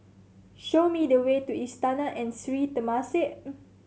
show me the way to Istana and Sri Temasek